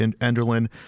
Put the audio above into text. Enderlin